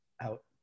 out